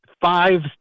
five